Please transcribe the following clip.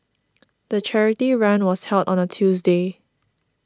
the charity run was held on a Tuesday